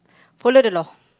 follow the law